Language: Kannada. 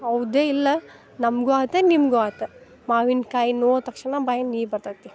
ಹೌದಾ ಇಲ್ಲ ನಮಗೂ ಆತೆ ನಿಮಗೂ ಆತು ಮಾವಿನ್ಕಾಯಿ ನೋಡ್ ತಕ್ಷ್ಣ ಬಾಯಾಗೆ ನೀರು ಬರ್ತೈತಿ